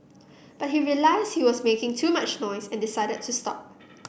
but he realised he was making too much noise and decided to stop